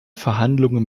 verhandlungen